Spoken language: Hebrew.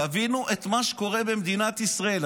תבינו את מה שקורה במדינת ישראל.